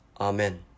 Amen